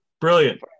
brilliant